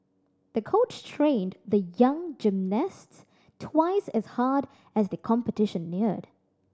the coach trained the young gymnast twice as hard as the competition neared